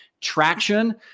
Traction